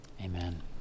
Amen